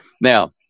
Now